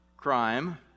crime